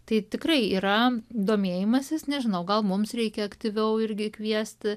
tai tikrai yra domėjimasis nežinau gal mums reikia aktyviau irgi kviesti